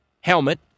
helmet